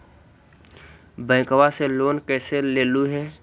बैंकवा से लेन कैसे लेलहू हे?